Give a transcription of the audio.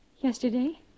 Yesterday